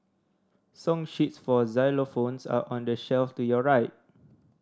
song sheets for xylophones are on the shelf to your right